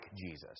Jesus